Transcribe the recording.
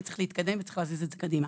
כי צריך להתקדם וצריך להזיז את זה קדימה.